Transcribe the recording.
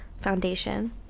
foundation